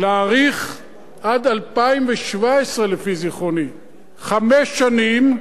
להאריך עד 2017, לפי זיכרוני, חמש שנים,